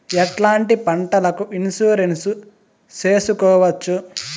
ఎట్లాంటి పంటలకు ఇన్సూరెన్సు చేసుకోవచ్చు?